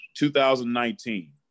2019